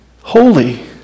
holy